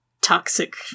toxic